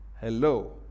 Hello